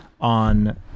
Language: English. on